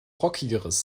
rockigeres